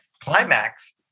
climax